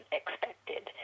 expected